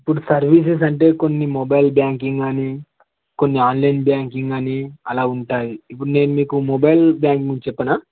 ఇప్పుడు సర్వీసెస్ అంటే కొన్ని మొబైల్ బ్యాంకింగ్ గానీ కొన్ని ఆన్లైన్ బ్యాంకింగ్ గానీ అలా ఉంటాయి ఇప్పుడు నేను మీకు మొబైల్ బ్యాంకింగ్ గురించి చెప్పనా